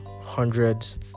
hundreds